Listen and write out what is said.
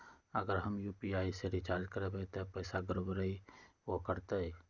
अगर हम यू.पी.आई से रिचार्ज करबै त पैसा गड़बड़ाई वो करतई?